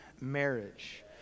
marriage